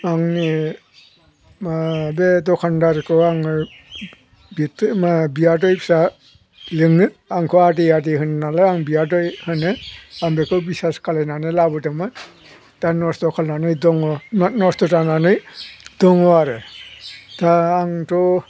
आंनि बे दखानदारखौ आङो बिबथै बियादै फिसा लिङो आंखौ आदै आदै होनोनालाय आं बियादै होनो आं बेखौ बिसास खालामनानै लाबोदोंमोन दा नस्थ' खालायनानै दङ नस्थ' जानानै दङ आरो दा आंथ'